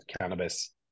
cannabis